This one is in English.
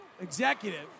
executive